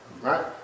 right